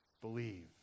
Believe